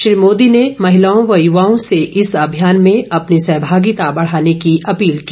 श्री मोदी ने महिलाओं व युवाओं से इस अभियान में अपनी सहभागिता बढ़ाने की अपील की